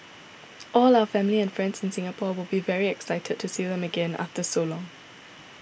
all our family and friends in Singapore will be very excited to see them again after so long